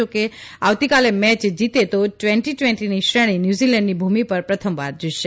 જો આવતીકાલે મેચ જીતે તો ટ્વેન્ટી ટ્વેન્ટી શ્રેણી ન્યૂઝીલેન્ડની ભૂમિ પર પ્રથમવાર જીતશે